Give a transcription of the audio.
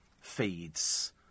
feeds